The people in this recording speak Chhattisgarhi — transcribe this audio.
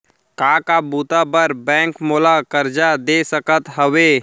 का का बुता बर बैंक मोला करजा दे सकत हवे?